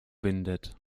windet